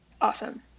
Awesome